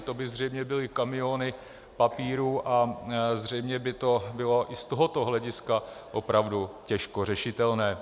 To by zřejmě byly kamiony papírů a zřejmě by to bylo i z tohoto hlediska opravdu těžko řešitelné.